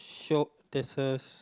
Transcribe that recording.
shop there's a